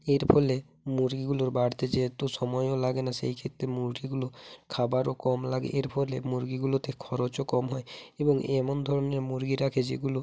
এর ফলে মুরগিগুলোর বাড়তে যেহেতু সময়ও লাগে না সেইক্ষেত্রে মুরগিগুলো খাবারও কম লাগে এর ফলে মুরগিগুলোতে খরচও কম হয় এবং এমন ধরনের মুরগি রাখে যেগুলো